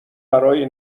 برای